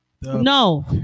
no